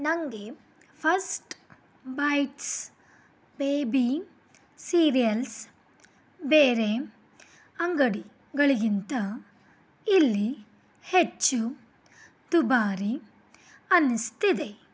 ನಂಗೆ first bites baby cereals ಬೇರೆ ಅಂಗಡಿಗಳಿಗಿಂತ ಇಲ್ಲಿ ಹೆಚ್ಚು ದುಬಾರಿ ಅನ್ನಿಸ್ತಿದೆ